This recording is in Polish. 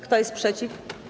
Kto jest przeciw?